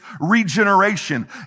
regeneration